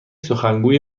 سخنگوی